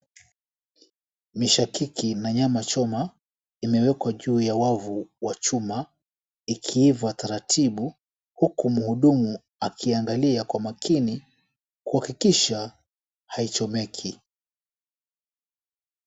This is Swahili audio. Mishekiki na nyama choma imewekwa juu ya wavu wa chuma ikiiva taratibu huku mhudumu akiangalia kwa makini kuhakikisha haichomeki.